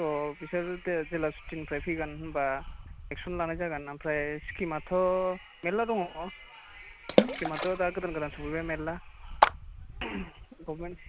त' बिसोर जेब्ला सुथिनिफ्राय फैगोन होनबा एक्स'न लानाय जागोन ओमफ्राय स्किम आथ' मेल्ला दङ स्किमाथ' दा गोदान गोदान सफैबाय मेल्ला गभर्नमेन्ट